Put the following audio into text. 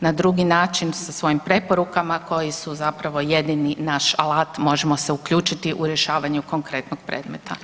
Na drugi način sa svojim preporukama koji su zapravo jedini naš alat, možemo se uključiti u rješavanje konkretnog predmeta.